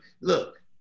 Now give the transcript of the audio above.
look